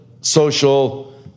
social